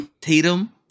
Tatum